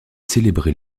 célébrée